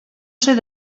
ser